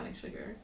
sugar